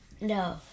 No